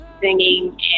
singing